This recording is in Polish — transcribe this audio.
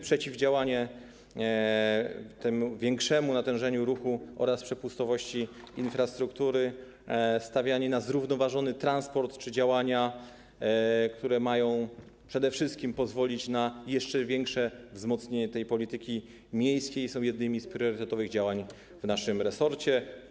Przeciwdziałanie temu większemu natężeniu ruchu oraz uwzględnienie przepustowości infrastruktury, stawianie na zrównoważony transport czy działania, które mają przede wszystkim pozwolić na jeszcze większe wzmocnienie tej polityki miejskiej, są jednymi z priorytetowych działań w naszym resorcie.